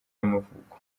y’amavuko